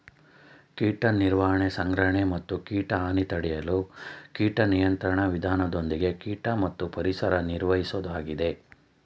ಕೀಟ ನಿರ್ವಹಣೆ ಸಂಗ್ರಹಣೆ ಮತ್ತು ಕೀಟ ಹಾನಿ ತಡೆಯಲು ಕೀಟ ನಿಯಂತ್ರಣ ವಿಧಾನದೊಂದಿಗೆ ಕೀಟ ಮತ್ತು ಪರಿಸರ ನಿರ್ವಹಿಸೋದಾಗಿದೆ